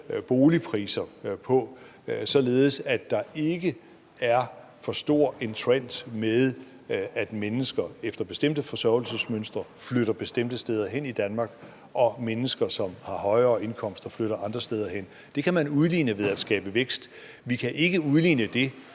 korrigeret på, således at der ikke er for stor en trend med, at mennesker efter bestemte forsørgelsesmønstre flytter bestemte steder hen i Danmark, og at mennesker, som har højere indkomster, flytter andre steder hen. Det kan man udligne ved at skabe vækst. Vi kan ikke udligne det